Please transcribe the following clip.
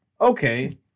Okay